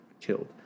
killed